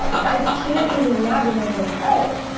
i just can't even imagine living without it.